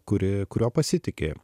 kuri kuriuo pasitiki